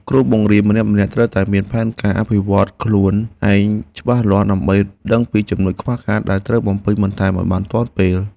គ្រូបង្រៀនម្នាក់ៗត្រូវមានផែនការអភិវឌ្ឍខ្លួនឯងច្បាស់លាស់ដើម្បីដឹងពីចំណុចខ្វះខាតដែលត្រូវបំពេញបន្ថែមឱ្យបានទាន់ពេល។